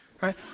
right